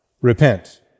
Repent